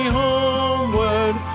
homeward